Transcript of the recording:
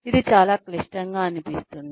ఇది చాలా క్లిష్టంగా అనిపిస్తుంది